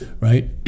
right